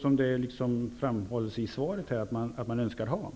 som det i Sverige framhålls att man önskar ha?